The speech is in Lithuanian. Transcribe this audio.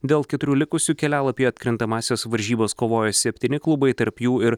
dėl keturių likusių kelialapių į atkrintamąsias varžybas kovoja septyni klubai tarp jų ir